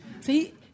See